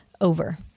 over